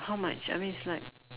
how much I mean it's like